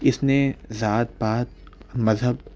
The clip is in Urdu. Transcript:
اس نے ذات پات مذہب